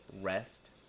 rest